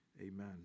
Amen